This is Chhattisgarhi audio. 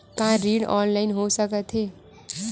का ऋण ऑनलाइन हो सकत हे?